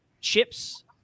chips